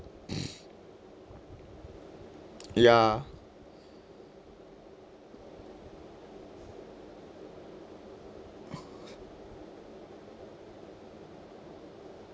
ppo) ya